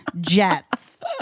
jets